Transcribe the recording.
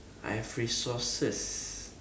I have resources